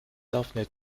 laufende